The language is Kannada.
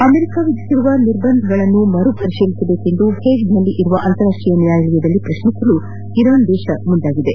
ಅಮೆರಿಕ ವಿಧಿಸಿರುವ ನಿರ್ಭಂದನೆ ಮರುಪರಿಶೀಲಿಸಬೇಕೆಂದು ಹೆಗ್ನಲ್ಲಿರುವ ಅಂತಾರಾಷ್ಟೀಯ ನ್ಯಾಯಾಲಯದಲ್ಲಿ ಪ್ರಶ್ನಿಸಲು ಇರಾನ್ ಮುಂದಾಗಿದೆ